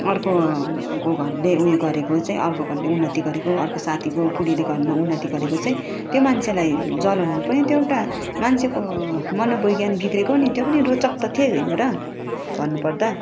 अर्कोको घरले उयो गरेको चाहिँ अर्को घरले उन्नति गरेको अर्को साथीको बुढीले घरमा उन्नति गरेको चाहिँ त्यो मान्छेलाई जलन हुनु पनि त्यो एउटा मान्छेको मनोविज्ञान बिग्रिएको नि त्यो पनि रोचक तथ्यै होइन र भन्नुपर्दा